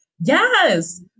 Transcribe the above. yes